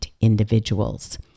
individuals